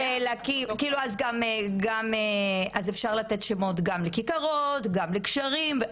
כאילו אז אפשר לתת שמות גם לכיכרות, גם לגשרים.